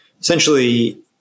essentially